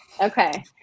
okay